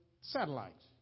satellites